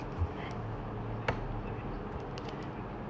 like it's a it's a very stupid question to ask